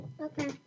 Okay